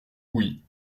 oui